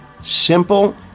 simple